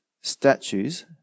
statues